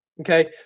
Okay